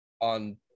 on